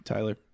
Tyler